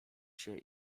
się